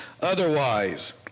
otherwise